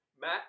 Matt